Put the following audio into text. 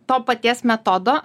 to paties metodo